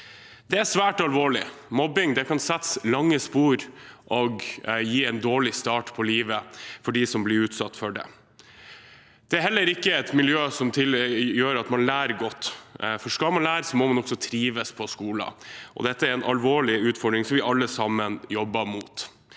Det er svært alvorlig. Mobbing kan sette lange spor og gi en dårlig start på livet for dem som blir utsatt for det. Det er heller ikke et miljø som gjør at man lærer godt, for skal man lære, må man også trives på skolen, og dette er en alvorlig utfordring som vi alle sammen jobber mot.